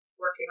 Working